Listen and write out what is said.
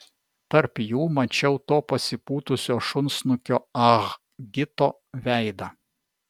tarp jų mačiau to pasipūtusio šunsnukio ah gito veidą